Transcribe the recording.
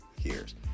years